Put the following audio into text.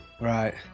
Right